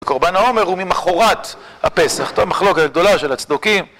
קורבן העומר הוא ממחורת הפסח, המחלוקת הגדולה של הצדוקים